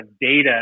data